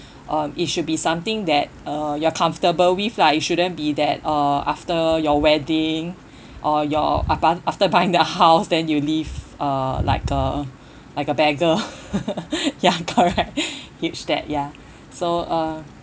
um it should be something that uh you are comfortable with lah it shouldn't be that uh after your wedding or your after buying the house then you live uh like a like a beggar ya correct huge debt ya so uh